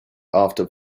after